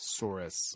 Saurus